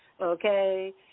okay